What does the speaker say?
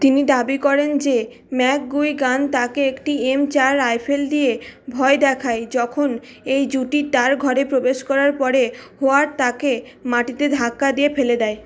তিনি দাবি করেন যে ম্যাকগুইগান তাকে একটি এম চার রাইফেল দিয়ে ভয় দেখায় যখন এই জুটি তার ঘরে প্রবেশ করার পরে হোয়ার তাকে মাটিতে ধাক্কা দিয়ে ফেলে দেয়